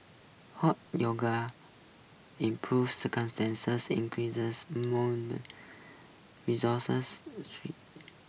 hot yoga improves increases resources